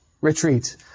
retreat